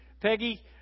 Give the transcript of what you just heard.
Peggy